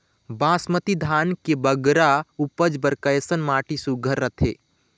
बासमती धान के बगरा उपज बर कैसन माटी सुघ्घर रथे?